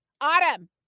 Autumn